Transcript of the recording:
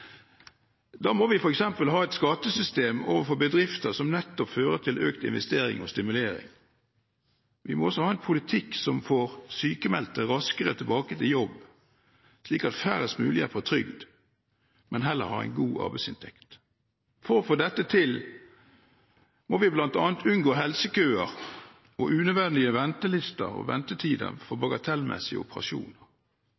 Da må vi f.eks. ha et skattesystem overfor bedrifter som nettopp fører til økt investering og stimulering. Vi må også ha en politikk som får sykmeldte raskere tilbake til jobb, slik at færrest mulig er på trygd, men heller har en god arbeidsinntekt. For å få dette til må vi bl.a. unngå helsekøer og unødvendige ventelister og ventetider for